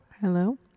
Hello